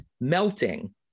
melting